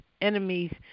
enemies